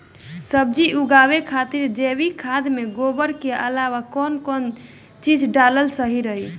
सब्जी उगावे खातिर जैविक खाद मे गोबर के अलाव कौन कौन चीज़ डालल सही रही?